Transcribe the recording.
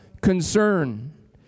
concern